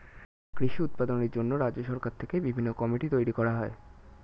কৃষি উৎপাদনের জন্য রাজ্য সরকার থেকে বিভিন্ন কমিটি তৈরি করা হয়